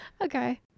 Okay